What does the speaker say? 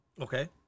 Okay